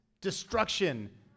Destruction